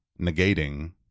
negating